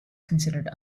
considered